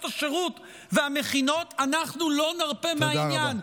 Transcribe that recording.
השירות והמכינות: אנחנו לא נרפה מהעניין.